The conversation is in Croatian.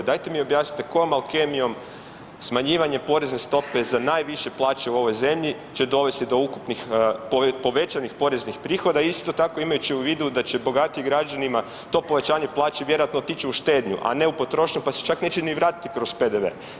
Dajte mi objasnite kojoj alkemijom smanjivanje porezne stope za najviše plaće u ovoj zemlji će dovesti do ukupni povećanih poreznih prihoda, isto tako imajući u vidu da će bogatijim građanima to povećanje plaće otići u štednju, a ne u potrošnju pa se čak neće ni vratiti kroz PDV.